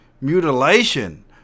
mutilation